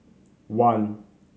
one